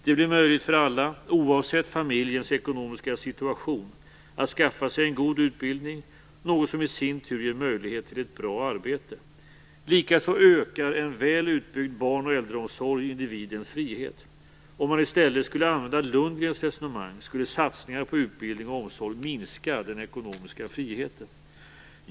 Det blir möjligt för alla, oavsett familjens ekonomiska situation, att skaffa sig en god utbildning, något som i sin tur ger möjlighet till ett bra arbete. Likaså ökar en väl utbyggd barn och äldreomsorg individens frihet. Om man i stället skulle använda Lundgrens resonemang skulle satsningar på utbildning och omsorg minska den ekonomiska friheten.